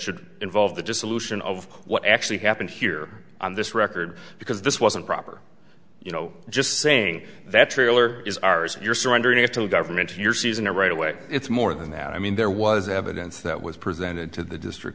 should involve the dissolution of what actually happened here on this record because this wasn't proper you know just saying that trailer is ours and you're surrendering it to the government of your season or right away it's more than that i mean there was evidence that was presented to the district